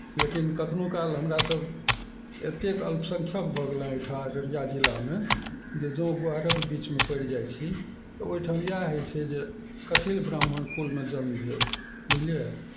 लेकिन कखनो काल हमरा सब एतेक अलसंख्यक भऽ गेला अइठाम अरड़िया जिलामे जे जों गुआरक बीचमे पड़ि जाइ छी तऽ ओहिठाम यैह होइ छै जे कथि ले ब्राह्मण कुलमे जन्म भेल बुझलियै